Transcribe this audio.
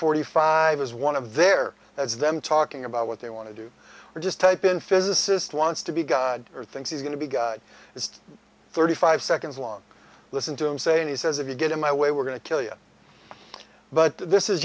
forty five as one of their as them talking about what they want to do or just type in physicist wants to be god or thinks he's going to be just thirty five seconds long listen to him say and he says if you get in my way we're going to kill you but this is